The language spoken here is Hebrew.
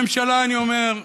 ולממשלה אני אומר: